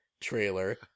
trailer